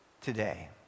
today